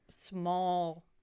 Small